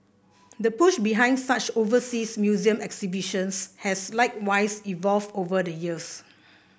the push behind such overseas museum exhibitions has likewise evolved over the years